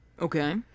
Okay